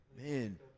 Man